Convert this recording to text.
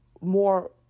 more